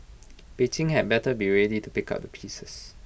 Beijing had better be ready to pick up the pieces